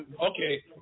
Okay